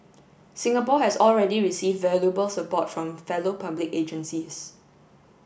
Singapore has already received valuable support from fellow public agencies